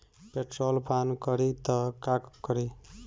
Petrol पान करी त का करी?